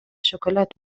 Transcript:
شکلات